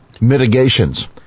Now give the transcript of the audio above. Mitigations